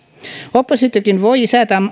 oppositiokin voi